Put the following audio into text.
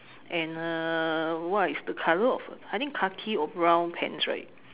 and uh what is the color of uh I think khaki or brown pants right